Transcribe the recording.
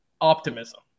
optimism